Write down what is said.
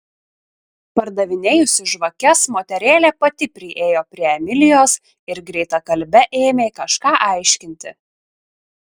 pardavinėjusi žvakes moterėlė pati priėjo prie emilijos ir greitakalbe ėmė kažką aiškinti